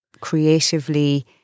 creatively